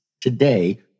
Today